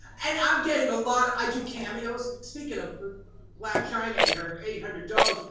and i'm getting a lot, i do cameos. speaking of blac chyna and her eight hundred dollars,